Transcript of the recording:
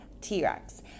T-Rex